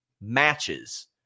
matches